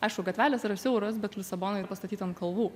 aišku gatvelės yra siauros bet lisabona yra pastatyta ant kalvų